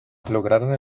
lograron